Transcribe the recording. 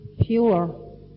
pure